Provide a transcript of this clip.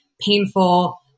painful